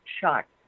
shocked